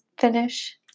finish